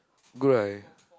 good right